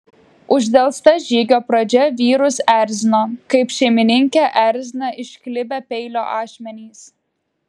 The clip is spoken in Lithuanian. uždelsta žygio pradžia vyrus erzino kaip šeimininkę erzina išklibę peilio ašmenys